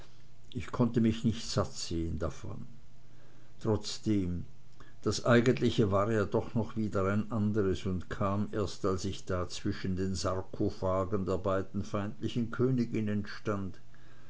ich konnte mich nicht satt sehen daran trotzdem das eigentlichste war doch noch wieder ein andres und kam erst als ich da zwischen den sarkophagen der beiden feindlichen königinnen